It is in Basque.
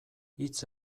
hitz